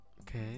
Okay